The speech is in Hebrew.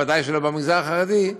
ודאי שלא במגזר החרדי,